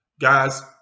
Guys